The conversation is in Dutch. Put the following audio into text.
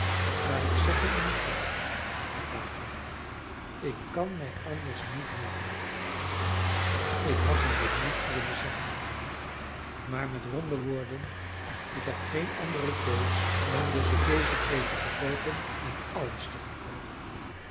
maar ik zeg u nu plechtig het baat niet ik kan mij anders niet helpen ik had u dit niet willen zeggen emily maar met ronde woorden ik heb geen andere keus dan tusschen deze twee te verkoopen en alles te verkoopen